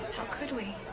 how could we?